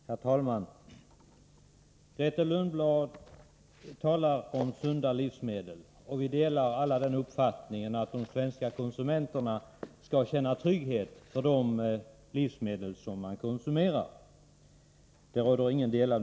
Herr talman! Grethe Lundblad talar om sunda livsmedel, och vi delar alla uppfattningen att de svenska konsumenterna skall känna trygghet inför de livsmedel de konsumerar.